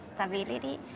stability